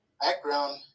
background